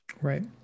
Right